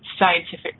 scientific